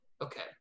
okay